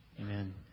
Amen